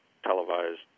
televised